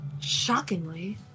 Shockingly